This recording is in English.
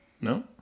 No